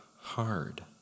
hard